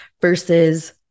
versus